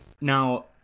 now